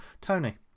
Tony